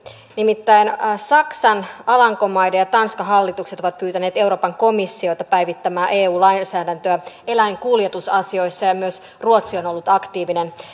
nimittäin saksan alankomaiden ja tanskan hallitukset ovat pyytäneet euroopan komissiota päivittämään eu lainsäädäntöä eläinkuljetusasioissa ja myös ruotsi on ollut aktiivinen